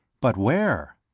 but where?